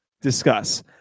Discuss